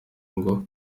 ngo